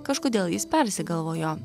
kažkodėl jis persigalvojo